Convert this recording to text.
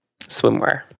swimwear